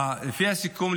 לפי הסיכום,